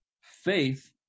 Faith